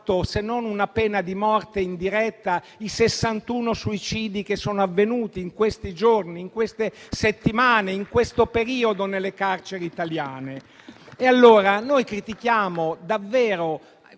se non una pena di morte indiretta, i 61 suicidi che sono avvenuti in questi giorni, in queste settimane e in questo periodo nelle carceri italiane? Noi critichiamo davvero